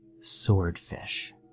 swordfish